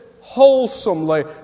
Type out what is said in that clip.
wholesomely